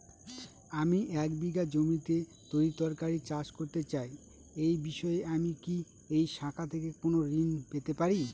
আমি এক বিঘা জমিতে তরিতরকারি চাষ করতে চাই এই বিষয়ে আমি কি এই শাখা থেকে কোন ঋণ পেতে পারি?